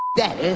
that